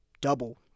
double